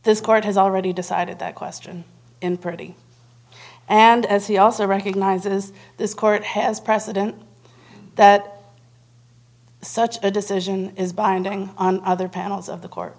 this court has already decided that question in pretty and as he also recognizes this court has precedent that such a decision is binding on other panels of the court